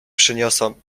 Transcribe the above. przyniosą